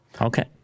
Okay